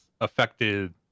affected